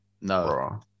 No